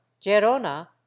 gerona